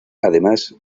además